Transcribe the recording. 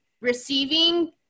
receiving